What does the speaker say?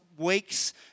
weeks